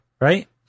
Right